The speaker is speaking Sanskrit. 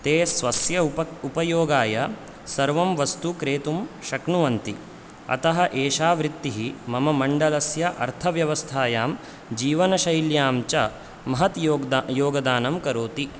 ते स्वस्य उप उपयोगाय सर्वं वस्तु क्रेतुं शक्नुवन्ति अतः एषा वृत्तिः मम मण्डलस्य अर्थव्यवस्थायां जीवनशैल्यां च महत् योग्दा योगदानं करोति